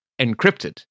encrypted